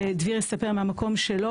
שדביר יספר מהמקום שלו,